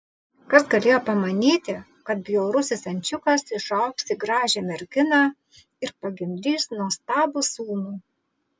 kas galėjo pamanyti kad bjaurusis ančiukas išaugs į gražią merginą ir pagimdys nuostabų sūnų